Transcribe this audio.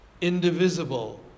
indivisible